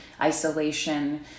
isolation